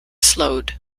slowed